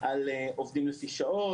על עובדים לפי שעות.